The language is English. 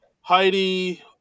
Heidi